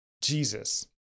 Jesus